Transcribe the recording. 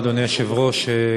אדוני היושב-ראש,